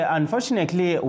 unfortunately